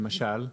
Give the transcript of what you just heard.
למשל?